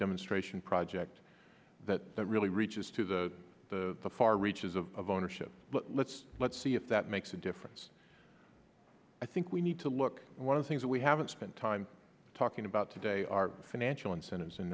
demonstration project that really reaches to the the far reaches of ownership let's let's see if that makes a difference i think we need to look one of the things we haven't spent time talking about today are financial incentives